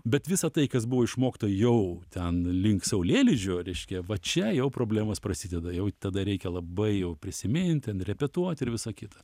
bet visa tai kas buvo išmokta jau ten link saulėlydžio reiškia va čia jau problemos prasideda jau tada reikia labai jau prisimint ten repetuot ir visa kita